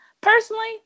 personally